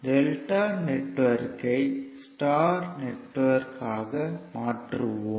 delta நெட்வொர்க்கை ஐ star network ஆக மாற்றுவோம்